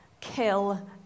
kill